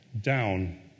Down